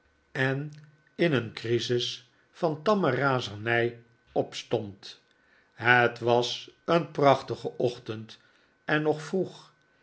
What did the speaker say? en in een crisis van tamme razernij opstond het was een prachtige ochtend en nog vroeg